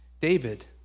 David